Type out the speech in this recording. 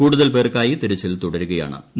കൂടുതൽ പേർക്കായി തിരച്ചിൽ തുടരുകയാണ്ട്